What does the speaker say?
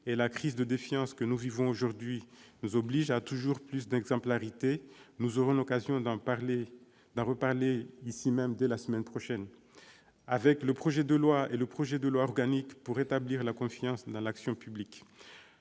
et la crise de défiance que nous vivons aujourd'hui nous oblige à toujours plus d'exemplarité. Nous aurons l'occasion d'en reparler ici même dès la semaine prochaine lors de la discussion du projet de loi et du projet de loi organique rétablissant la confiance dans l'action publique.